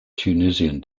tunisian